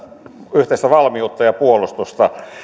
yhteistä valmiutta ja puolustusta